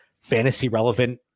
fantasy-relevant